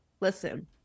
Listen